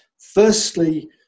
Firstly